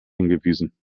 hingewiesen